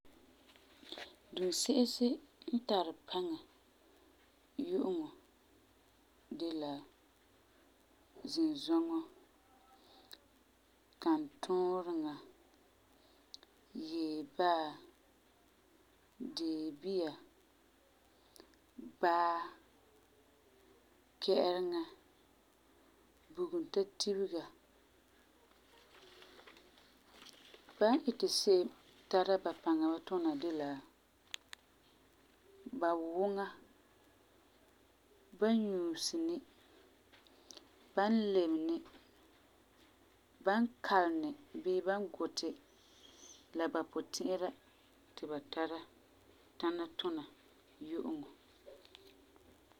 Duunse'esi n tari paŋa yu'uŋɔ de la, zinzɔŋɔ, kantuureŋa, yeebaa, deebia, baa, kɛ'ɛreŋa, buguntatibega. Ba n iti se'em tara ba paŋa wa tuna de la, ba wuga, ba n nyuuseni, ban lemeni, ban kaleni bii ban guti, la ba puti'ira ti ba tara tuna.